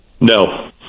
No